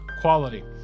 quality